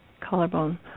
Collarbone